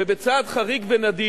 ובצעד חריג ונדיר,